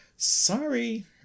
Sorry